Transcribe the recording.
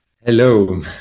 Hello